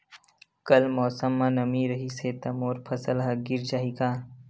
कल मौसम म नमी रहिस हे त मोर फसल ह गिर जाही का?